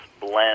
blend